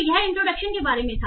तो यह इंट्रोडक्शन के बारे में था